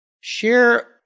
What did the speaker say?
Share